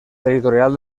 territorial